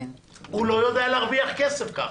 הוא לא יודע להרוויח כסף ככה.